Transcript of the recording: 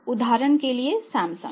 उदाहरण के लिए सैमसंग